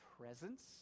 presence